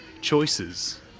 choices